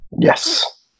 Yes